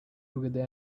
together